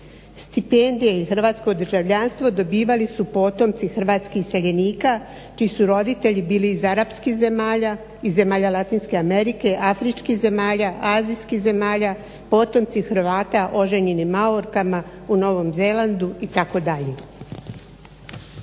Stipendije i hrvatsko državljanstvo dobivali su potomci hrvatskih iseljenika čiji su roditelji bili iz arapskih zemalja, iz zemalja Latinske Amerike, afričkih zemalja, azijskih zemalja, potomci Hrvata oženjeni Maorkama u Novom Zelandu itd.